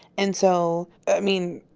and so, i mean,